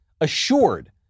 assured